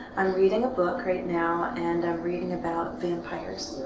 i'm reading a book right now, and i'm reading about vampires.